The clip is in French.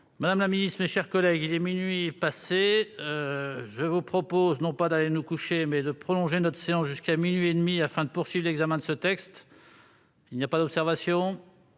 Madame la ministre, mes chers collègues, il est minuit. Je vous propose de prolonger notre séance jusqu'à minuit et demi afin de poursuivre l'examen de ce texte. Il n'y a pas d'observation ?